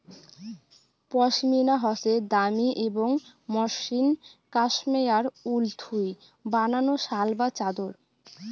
পশমিনা হসে দামি এবং মসৃণ কাশ্মেয়ার উল থুই বানানো শাল বা চাদর